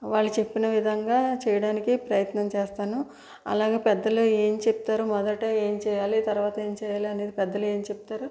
వాళ్ళు చెప్పిన విధంగా చేయడానికి ప్రయత్నం చేస్తాను అలాగే పెద్దలు ఏం చెప్తారో మొదట ఏం చేయాలి తర్వాత ఏం చేయాలి అనేది పెద్దలు ఏం చెప్తారు